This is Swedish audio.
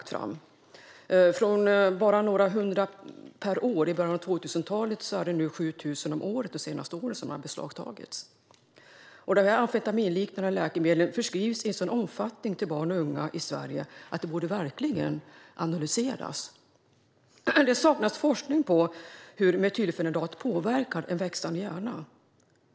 Det har ökat från bara några hundra per år i början på 2000-talet till nu 7 000 det senaste året som har beslagtagits. De amfetaminliknande läkemedlen förskrivs i en sådan omfattning till barn och unga i Sverige att det verkligen borde analyseras. Det saknas forskning om hur metylfenidat påverkar en växande hjärna.